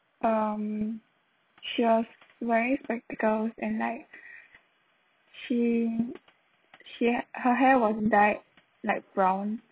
um she was wearing spectacles and like she she had her hair was dyed light brown